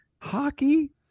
hockey